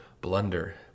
blunder